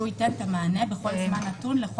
שהוא ייתן את המענה בכל זמן נתון.